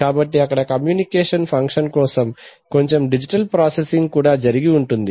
కాబట్టి అక్కడ communication function కోసం కొంచెం డిజిటల్ ప్రొసెసింగ్ కూడా జరిగి ఉంటుంది